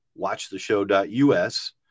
WatchTheShow.us